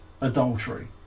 adultery